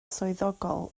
swyddogol